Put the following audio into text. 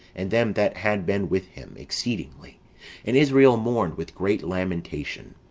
and them that had been with him, exceedingly and israel mourned with great lamentation.